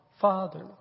Father